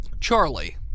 Charlie